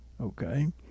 okay